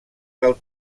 del